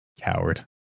Coward